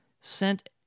sent